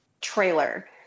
trailer